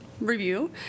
review